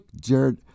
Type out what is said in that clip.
Jared